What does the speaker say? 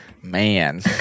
man